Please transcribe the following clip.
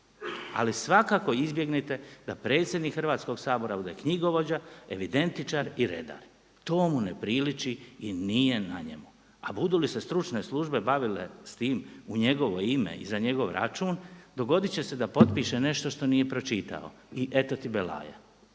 Ali svakako izbjegnite da predsjednik Hrvatskoga sabora bude knjigovođa, evidentičar i redar. To mu ne priliči i nije na njemu. A budu li se stručne službe bavile sa time u njegovo ime i za njegov račun, dogoditi će se da potpiše nešto što nije pročitao i eto ti belaja.